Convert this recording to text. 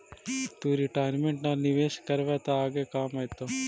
तु रिटायरमेंट ला निवेश करबअ त आगे काम आएतो